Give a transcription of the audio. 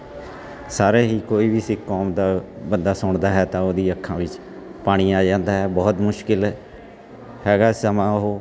ਸਾਰੇ ਹੀ ਕੋਈ ਵੀ ਸਿੱਖ ਕੌਮ ਦਾ ਬੰਦਾ ਸੁਣਦਾ ਹੈ ਤਾਂ ਉਹਦੀ ਅੱਖਾਂ ਵਿੱਚ ਪਾਣੀ ਆ ਜਾਂਦਾ ਹੈ ਬਹੁਤ ਮੁਸ਼ਕਿਲ ਹੈਗਾ ਸਮਾਂ ਉਹ